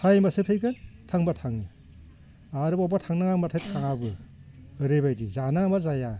फै होनबासो फैगोन थां होनबा थाङो आरो बावबा थांनाङा होनाबाथाय थाङाबो ओरैबायदि जानाङा होनबा जाया